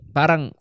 parang